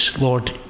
Lord